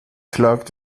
klagt